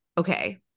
Okay